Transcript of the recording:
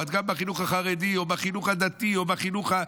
אוהד: גם בחינוך החרדי או בחינוך הדתי או בחינוך,